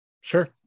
Sure